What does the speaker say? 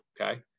okay